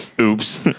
Oops